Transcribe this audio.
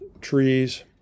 trees